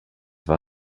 war